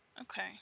Okay